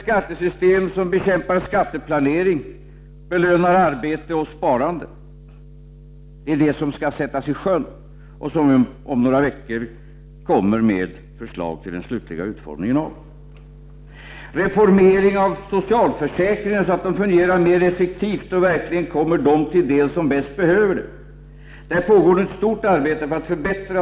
Vi kommer vidare om några veckor med förslag om den slutliga utformningen av ett system, som skall sättas i sjön och som bekämpar skatteplanering och belönar arbete och sparande. Det pågår också ett stort arbete för en reformering av socialförsäkringssystemet, så att det fungerar mera effektivt och verkligen kommer dem till del som bäst behöver det.